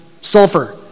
sulfur